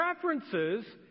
preferences